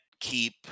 keep